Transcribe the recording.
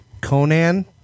Conan